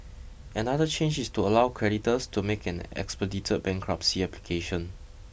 another change is to allow creditors to make an expedited bankruptcy application